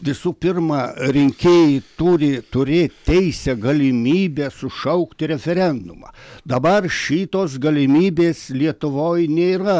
visų pirma rinkėjai turi turė teisę galimybę sušaukti referendumą dabar šitos galimybės lietuvoj nėra